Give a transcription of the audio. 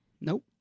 Nope